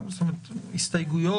אין בדיקה ישר.